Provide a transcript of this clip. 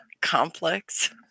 complex